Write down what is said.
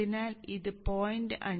അതിനാൽ ഇത് 0